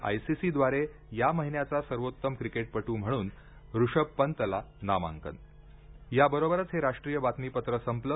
आयसीसीद्वारे या महिन्याचा सर्वोत्तम क्रिकेटपटू म्हणून ऋषभ पंतला नामांकन याबरोबरच हे राष्ट्रीय बातमीपत्र संपलं